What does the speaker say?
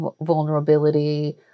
vulnerability